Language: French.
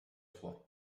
troyes